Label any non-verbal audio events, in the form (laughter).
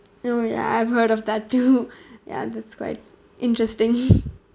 oh ya I've heard of that too (laughs) (breath) ya that's quite interesting (laughs)